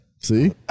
See